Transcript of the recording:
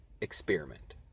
Experiment